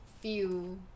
feel